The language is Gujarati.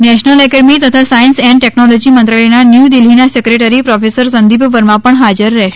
નેશનલ એકેડમી તથા સાયન્સ એન્ડ ટેક્નોલોજી મંત્રાલયના ન્યુ દિલ્હીના સેક્રેટરી પ્રોફેસર સંદીપ વર્મા પણ હાજર રહેશે